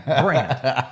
Brand